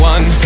One